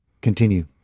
continue